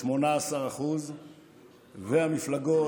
18% והמפלגות,